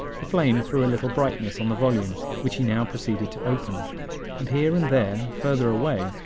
the flame threw a little brightness on the volume, which he now proceeded to open and here and there, further away,